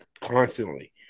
constantly